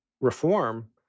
reform